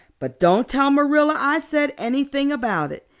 but don't tell marilla i said anything about it.